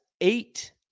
eight